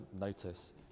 notice